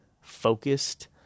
focused